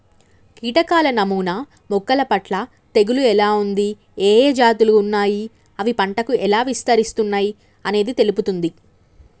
కీటకాల నమూనా మొక్కలపట్ల తెగులు ఎలా ఉంది, ఏఏ జాతులు ఉన్నాయి, అవి పంటకు ఎలా విస్తరిస్తున్నయి అనేది తెలుపుతుంది